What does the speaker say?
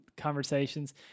conversations